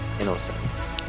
Innocence